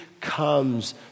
comes